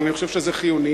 אבל אני חושב שזה חיוני,